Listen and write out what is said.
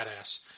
badass